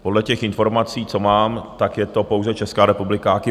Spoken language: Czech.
Podle těch informací, co mám, tak je to pouze Česká republika a Kypr.